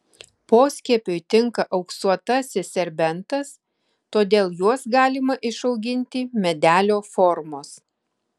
poskiepiui tinka auksuotasis serbentas todėl juos galima išauginti medelio formos